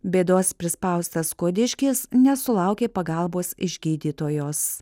bėdos prispaustas skuodiškis nesulaukė pagalbos iš gydytojos